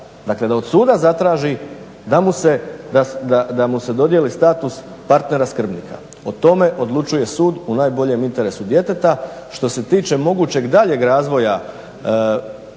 dakle da od suda zatraži da mu se dodjeli status partnera skrbnika. O tome odlučuje sud u najboljem interesu djeteta. Što se tiče mogućeg daljeg razvoja